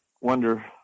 wonder